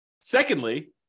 secondly